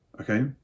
Okay